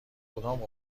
کدام